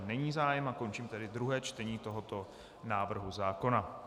Není zájem, a končím tedy druhé čtení tohoto návrhu zákona.